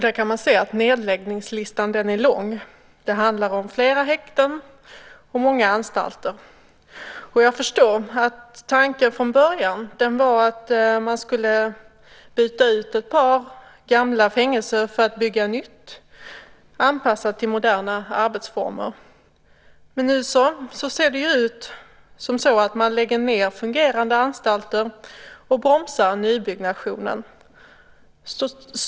Där kan man se att nedläggningslistan är lång. Det handlar om flera häkten och många anstalter. Jag förstår att tanken från början var att man skulle byta ut ett par gamla fängelser för att bygga nytt, anpassat till moderna arbetsformer. Men nu ser det ut så att man lägger ned fungerande anstalter och bromsar nybyggnationen.